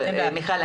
מיכל,